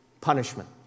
punishment